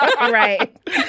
Right